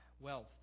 Wealth